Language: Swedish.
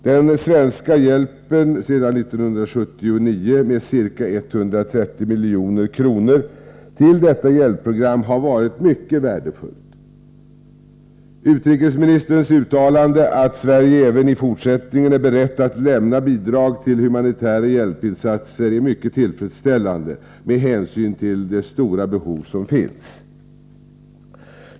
Den svenska hjälpen sedan 1979 med ca 130 milj.kr. i fråga om detta hjälpprogram har varit mycket värdefull. Utrikesministerns uttalande, att Sverige även i fortsättningen är berett att lämna bidrag till humanitära hjälpinsatser, är mycket tillfredsställande med hänsyn till det stora behov som finns.